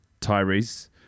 Tyrese